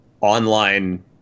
online